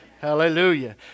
Hallelujah